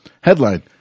Headline